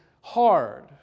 hard